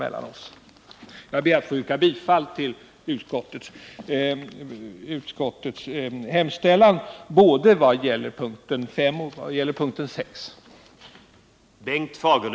Jag ber att få yrka bifall till utskottets hemställan både vad gäller punkten 5 och punkten 6.